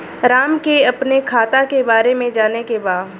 राम के अपने खाता के बारे मे जाने के बा?